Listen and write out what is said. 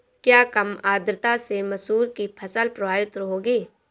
क्या कम आर्द्रता से मसूर की फसल प्रभावित होगी?